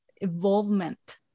involvement